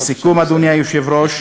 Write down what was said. לסיכום, אדוני היושב-ראש,